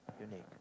unique